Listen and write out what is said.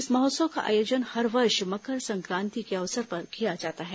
इस महोत्सव का आयोजन हर वर्ष मकर संक्रांति के अवसर पर किया जाता है